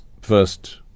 first